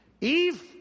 Eve